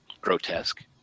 grotesque